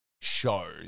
show